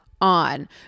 on